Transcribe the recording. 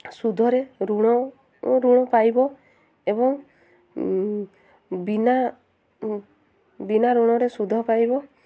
ସୁଧରେ ଋଣ ଓ ଋଣ ପାଇବ ଏବଂ ବିନା ବିନା ଋଣରେ ସୁଧ ପାଇବ